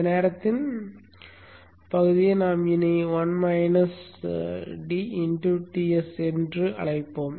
இந்த நேரத்தின் பகுதியை நாம் இனி Ts என அழைப்போம்